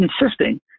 insisting